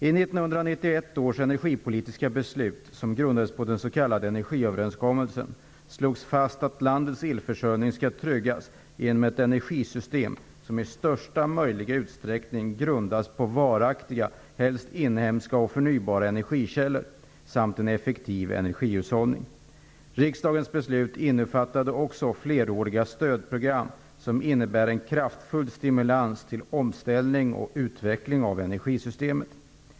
I 1991 års energipolitiska beslut, som grundades på den s.k. energiöverenskommelsen, slogs fast att landets elförsörjning skall tryggas genom ett energisystem som i största möjliga utsträckning grundas på varaktiga, helst inhemska och förnybara energikällor samt en effektiv energihushållning. Riksdagens beslut innefattade också fleråriga stödprogram, som innebär en kraftfull stimulans till omställning och utveckling av energisystemet.